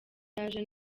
yaje